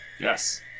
Yes